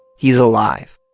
he's alive.